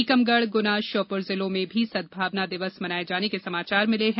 टीकमगढ़ ग्ना श्योपूर जिलों में भी सद्भावना दिवस मनाये जाने के समाचार मिले हैं